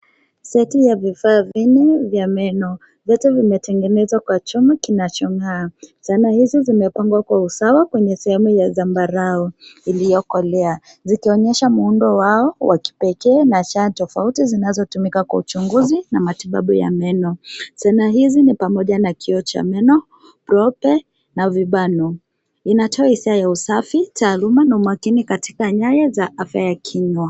Seti ya vifaa vinne vya meno. Vyote vimetengenezwa kwa chuma kinachong'aa. Zana hizi zimepangwa kwa usawa kwenye sahemu ya zambarau iliyokolea zikionyesha muundo wao wa kipekee na ncha tofauti zinazotumika kwa uchunguzi na matibabu ya meno. Zana hizi ni pamoja na kioo cha meno, prope na vibano. Inatoa hisia ya usafi, taaluma na umakini katika nyaya za afya ya kinywa.